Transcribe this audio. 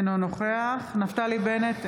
אינו נוכח נפתלי בנט,